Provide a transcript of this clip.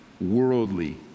worldly